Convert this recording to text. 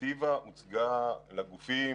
והדירקטיבה הוצגה לגופים